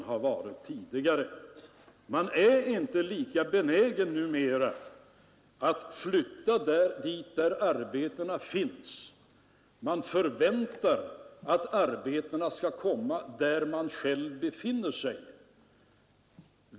Man är numera inte lika benägen att flytta dit där arbetena finns; man förväntar att arbetena skall komma dit där man själv befinner sig.